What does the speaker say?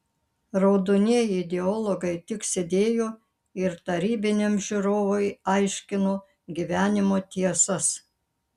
raudonieji ideologai tik sėdėjo ir tarybiniam žiūrovui aiškino gyvenimo tiesas